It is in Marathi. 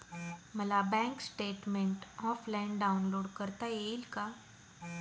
मला बँक स्टेटमेन्ट ऑफलाईन डाउनलोड करता येईल का?